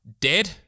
dead